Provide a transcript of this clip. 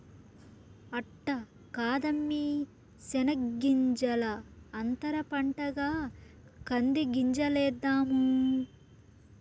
అట్ట కాదమ్మీ శెనగ్గింజల అంతర పంటగా కంది గింజలేద్దాము